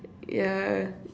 yeah